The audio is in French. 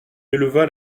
éleva